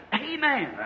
Amen